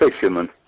fisherman